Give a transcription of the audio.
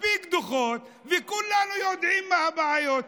מספיק דוחות, וכולנו יודעים מה הבעיות.